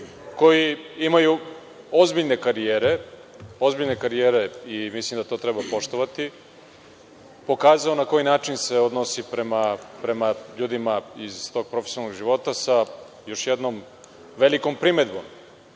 koji imaju ozbiljne karijere i mislim da to treba poštovati, pokazao na koji način se odnosi prema ljudima iz tog profesionalnog života sa još jednom velikom primedbom. Promenite